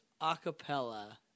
acapella